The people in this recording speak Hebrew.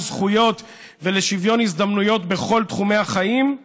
זכויות ולשוויון הזדמנויות בכל תחומי החיים,